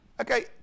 okay